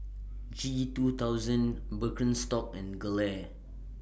G two thousand Birkenstock and Gelare